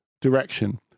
direction